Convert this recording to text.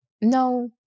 No